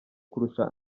kurusha